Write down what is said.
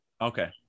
Okay